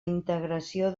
integració